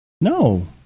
No